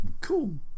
cool